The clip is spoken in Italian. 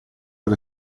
per